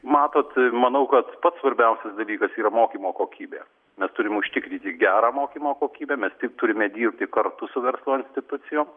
matot manau kad pats svarbiausias dalykas yra mokymo kokybė mes turim užtikryti gerą mokymo kokybę mes di turime dirbti kartu su verslo institucijom